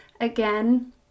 again